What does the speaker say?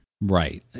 Right